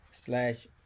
slash